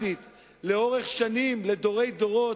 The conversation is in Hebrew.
דמוקרטית לאורך שנים, לדורי דורות,